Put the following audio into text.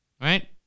right